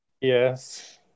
Yes